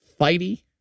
fighty